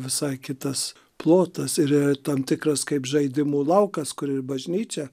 visai kitas plotas ir yra tam tikras kaip žaidimų laukas kur ir bažnyčia